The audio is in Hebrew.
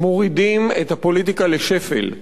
מורידים את הפוליטיקה לשפל.